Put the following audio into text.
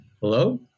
hello